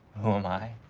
who am i?